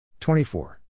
24